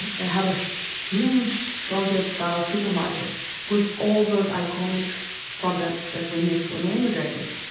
they have a huge soviet-style supermarket with all those iconic products that we missed when we immigrated.